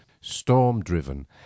storm-driven